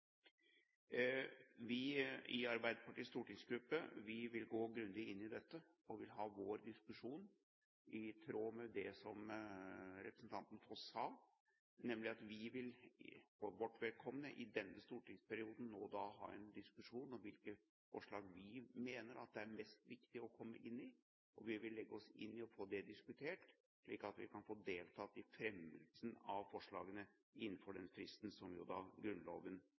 Vi i Arbeiderpartiets stortingsgruppe vil gå grundig inn i dette og ha vår diskusjon, i tråd med det som representanten Foss sa, nemlig at vi vil for vårt vedkommende i denne stortingsperioden ha en diskusjon om hvilke forslag vi mener at det er viktigst å gå inn i. Vi vil gå inn i dette og få det diskutert, slik at vi kan få deltatt i framleggelsen av forslagene innenfor den fristen som